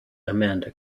amanda